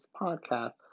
podcast